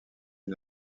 est